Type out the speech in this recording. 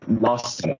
last